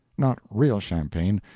not real champagne,